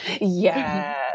Yes